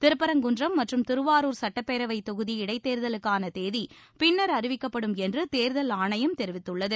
திருப்பரங்குன்றம் மற்றும் திருவாரூர் சட்டப்பேரவைதொகுதி இடைத்தேர்தலுக்கானதேதிபின்னர் அறிவிக்கப்படும் என்றுதேர்தல் ஆணையம் கூறியுள்ளது